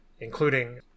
including